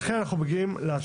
לכן אנחנו מגיעים להצעת החוק.